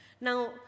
Now